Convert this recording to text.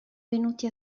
venuti